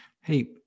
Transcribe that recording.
hey